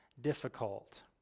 difficult